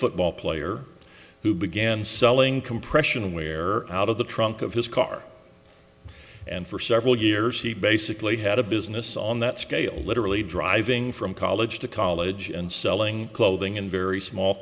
football player who began selling compression wear out of the trunk of his car and for several years he basically had a business on that scale literally driving from college to college and selling clothing in very small